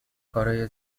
کارای